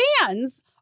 fans